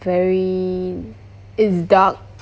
very is dark